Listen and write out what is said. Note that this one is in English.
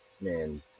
Man